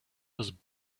was